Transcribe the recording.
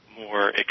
more